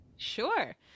Sure